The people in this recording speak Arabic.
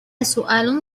سؤال